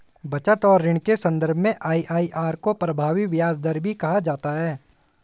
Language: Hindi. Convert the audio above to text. बचत और ऋण के सन्दर्भ में आई.आई.आर को प्रभावी ब्याज दर भी कहा जाता है